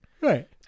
right